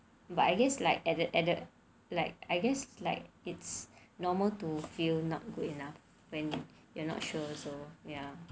but I guess like ada ada like I guess like it's normal to feel not good enough when you're not sure also ya